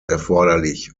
erforderlich